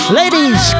ladies